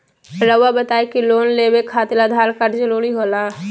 रौआ बताई की लोन लेवे खातिर आधार कार्ड जरूरी होला?